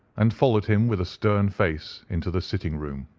and followed him with a stern face into the sitting-room.